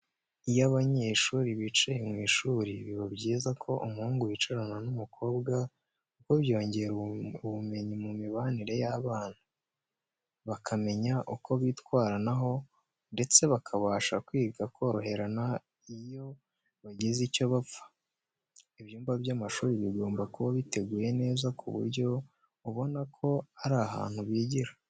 Iyo abanyeshuri bicaye mu ishuri biba byiza ko umuhungu yicarana n'umukobwa kuko byongera ubumenyi mu mibanire y'abana; bakamenya uko bitwaranaho ndetse bakabasha kwiga koroherana iyo bagize icyo bapfa. Ibyumba by'amashuri bigomba kuba biteguye neza ku buryo ubona ko ari ahantu bigira.